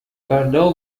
فردا